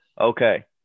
Okay